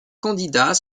candidats